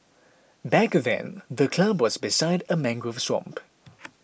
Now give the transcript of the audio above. back then the club was beside a mangrove swamp